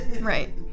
Right